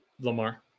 Lamar